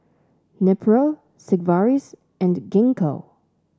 Nepro Sigvaris and Gingko